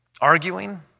arguing